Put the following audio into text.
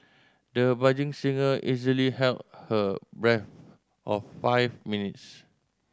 the budding singer easily held her breath of five minutes